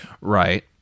right